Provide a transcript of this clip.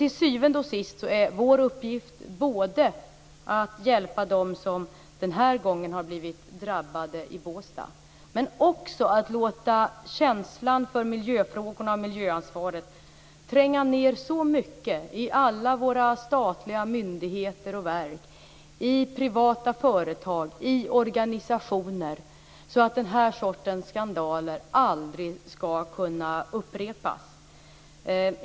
Till syvende och sist är det vår uppgift att både hjälpa dem i Båstad som den här gången har blivit drabbade och låta känslan för miljöfrågorna och miljöansvaret tränga ned så mycket i alla våra statliga myndigheter och verk, i privata företag och i organisationer att den här sortens skandaler aldrig kan upprepas.